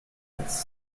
its